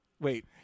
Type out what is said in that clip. Wait